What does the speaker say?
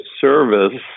service